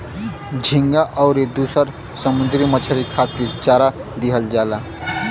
झींगा आउर दुसर समुंदरी मछरी खातिर चारा दिहल जाला